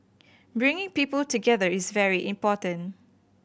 bringing people together is very important